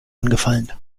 angefallen